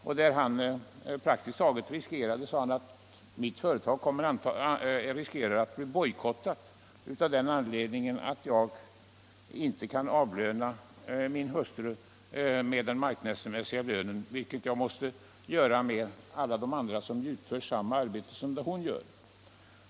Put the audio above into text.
”Jag riskerar praktiskt taget”, sade han, ”att få mitt företag bojkottat av den anledningen att jag inte kan ge min hustru den marknadsmässiga lönen, vilken jag måste ge alla de andra som utför samma arbete som hon.